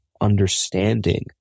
understanding